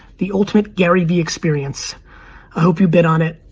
the ultimate gary vee experience. i hope you bid on it,